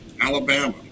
Alabama